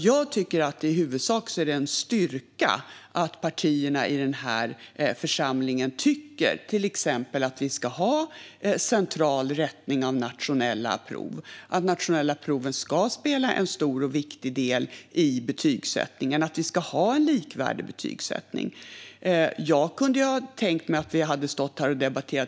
Jag tycker att det i huvudsak är en styrka att partierna i denna församling anser att vi ska ha till exempel central rättning av nationella prov, att nationella prov ska vara en stor och viktig del i betygsättningen och att vi ska ha en likvärdig betygsättning.